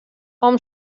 hom